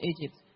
Egypt